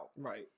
Right